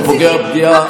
הוא פוגע פגיעה,